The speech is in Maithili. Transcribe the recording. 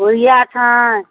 युरिआ छै